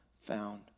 found